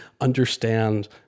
understand